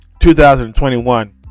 2021